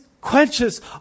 quenches